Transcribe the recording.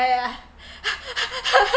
yeah yeah